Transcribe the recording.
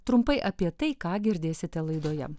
trumpai apie tai ką girdėsite laidoje